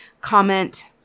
comment